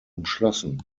umschlossen